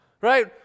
right